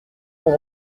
pour